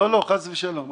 לא, חס ושלום.